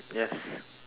yes